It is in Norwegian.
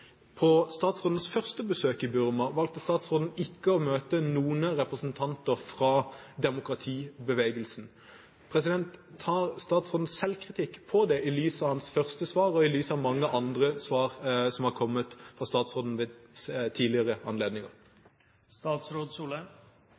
statsrådens første besøk i Burma valgte statsråden ikke å møte representanter fra demokratibevegelsen. Tar statsråden selvkritikk på det, i lys av hans første svar, og i lys av mange andre svar fra ham ved tidligere anledninger?